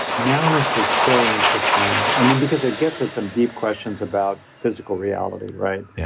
numbness is so interesting. i mean, because it gets at some deep questions about physical reality, right? yeah